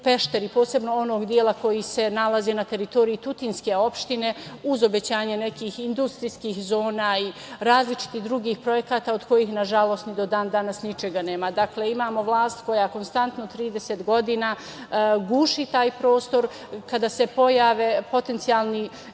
posebno onog dela koji se nalazi na teritoriji tutinske opštine uz obećanje nekih industrijskih zona i različitih drugih projekata od kojih nažalost ni do dan danas ničega nema. Dakle, imamo vlast koja konstantno 30 godina guši taj prostor. Kada se pojave potencijalni